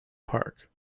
park